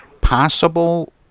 possible